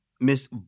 Miss